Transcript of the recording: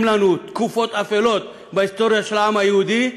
לנו תקופות אפלות בהיסטוריה של העם היהודי,